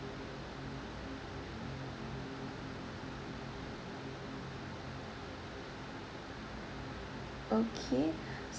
okay